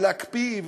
ולהקפיא,